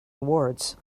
awards